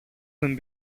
δεν